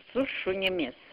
su šunimis